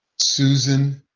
susan